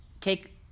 take